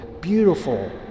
beautiful